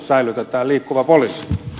säilytetään liikkuva poliisi